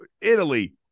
Italy